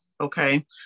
okay